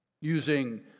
using